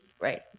Right